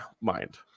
mind